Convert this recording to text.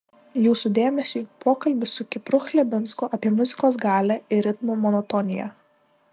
jūsų dėmesiui pokalbis su kipru chlebinsku apie muzikos galią ir ritmo monotoniją